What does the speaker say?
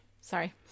sorry